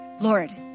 Lord